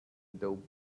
dope